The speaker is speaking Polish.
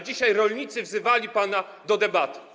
Dzisiaj rolnicy wzywali pana do debaty.